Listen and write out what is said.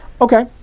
Okay